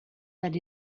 that